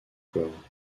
corps